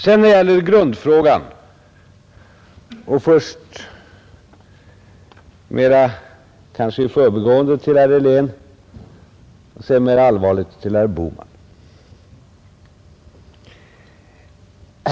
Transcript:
När det gäller grundfrågan vill jag säga en sak — kanske mer i förbigående — till herr Helén och sedan, mera allvarligt, till herr Bohman.